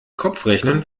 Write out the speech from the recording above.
kopfrechnen